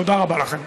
תודה רבה לכם.